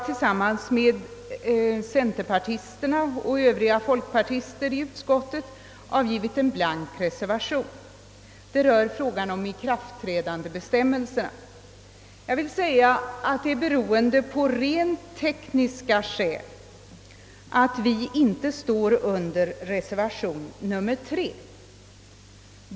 Tillsammans med centerpartisterna och övriga folkpartister i utskottet har jag avgivit en blank reservation, nr IV, som gäller ikraftträdandebestämmelserna. Det är av rent tekniska skäl som vi inte står under reservation nr III.